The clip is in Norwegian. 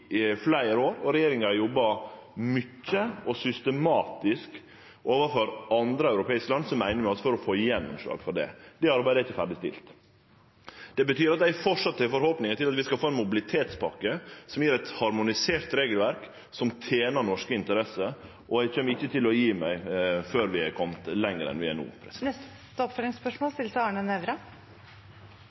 fleire år, og regjeringa har jobba mykje og systematisk overfor andre europeiske land som er einige med oss, for å få gjennomslag for det. Det arbeidet er ikkje ferdigstilt. Det betyr at eg framleis har forhåpningar til at vi skal få ei mobilitetspakke som gjev eit harmonisert regelverk som tener norske interesser, og eg kjem ikkje til å gje meg før vi har kome lenger enn vi har no.